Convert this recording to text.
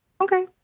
Okay